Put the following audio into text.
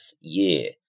year